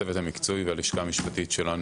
הצוות המקצועי והלשכה המשפטית שלנו